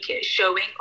showing